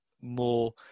more